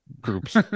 groups